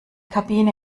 kabine